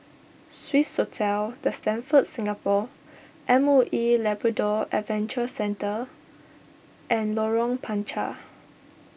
Swissotel the Stamford Singapore M O E Labrador Adventure Centre and Lorong Panchar